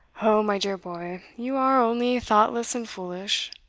o, my dear boy, you are only thoughtless and foolish.